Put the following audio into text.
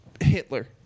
Hitler